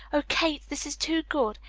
oh, kate, this is too good!